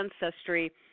ancestry